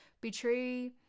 betray